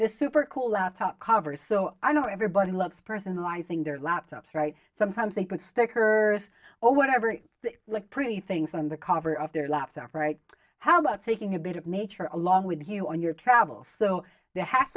this super cool laptop cover so i know everybody loves personalizing their laptops right sometimes they could stickers or whatever like pretty things on the cover of their laptop right how about taking a bit of nature along with you on your travels so the